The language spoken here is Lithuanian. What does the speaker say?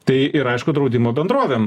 tai ir aišku draudimo bendrovėm